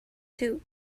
too